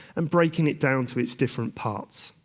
and breaking it down to its different parts.